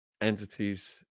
entities